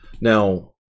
Now